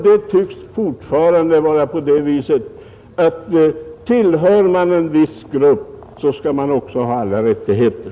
Det tycks alltjämt vara så, att de som tillhör en viss grupp också skall ha alla rättigheter.